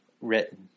written